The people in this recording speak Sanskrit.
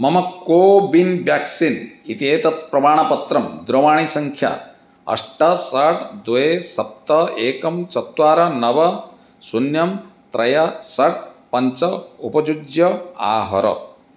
मम कोबिन् व्याक्सीन् इत्येतत् प्रमाणपत्रं दूरवाणीसङ्ख्या अष्ट षट् द्वे सप्त एकं चत्वारि नव शून्यं त्रय षट् पञ्च उपयुज्य आहर